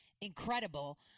incredible